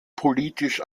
politisch